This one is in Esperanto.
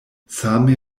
same